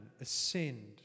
ascend